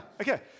okay